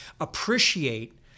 appreciate